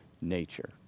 nature